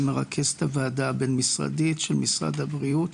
ומרכז את הוועדה הבין-משרדית של משרד הבריאות